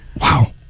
Wow